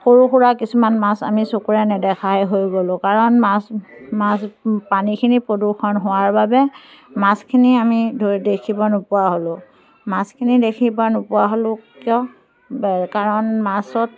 সৰু সুৰা কিছুমান মাছ আমি চকুৰে নেদেখাই হৈ গলোঁ কাৰণ মাছ মাছ পানীখিনি প্ৰদূষণ হোৱাৰ বাবে মাছখিনি আমি দেখিব নোপোৱা হ'লোঁ মাছখিনি দেখিব নোপোৱা হ'লোঁ কিয় ব কাৰণ মাছত